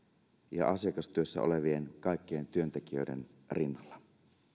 ja asiakastyössä olevien työntekijöiden rinnalla